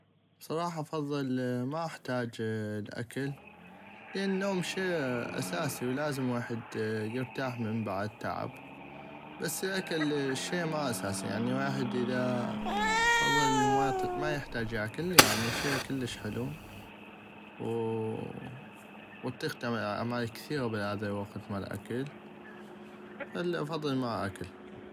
بصراحة افظل ما احتاج ل اكل لان النوم شي اساسي ولازم الويحد يرتاح من بعد تعب بس الاكل ما شي اساسييعني ويحد اذا فظل انو مايحتاج ياكل يعني شي كلش حلو واطيق تعمل اعمال كثيغة بهذا الوقت الاكل فافظل ما اكل.